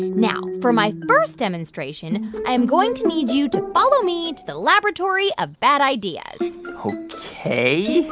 now, for my first demonstration, i am going to need you to follow me to the laboratory of bad ideas ok hey,